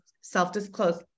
self-disclose